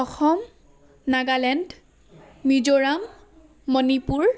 Assam Nagaland Mizoram Manipur